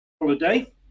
holiday